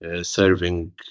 Serving